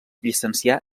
llicencià